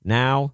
now